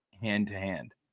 hand-to-hand